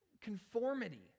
conformity